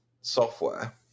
software